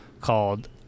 called